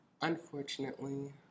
unfortunately